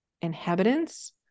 inhabitants